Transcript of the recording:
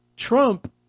Trump